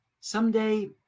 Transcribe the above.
someday